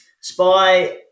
Spy